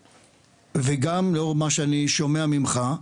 וגם לאור מה שאני שומע ממך,